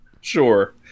Sure